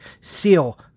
seal